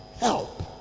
Help